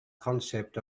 concept